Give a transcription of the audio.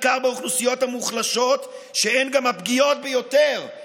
מי ששאל את עצמו את השאלה: האם יכול להיות בראש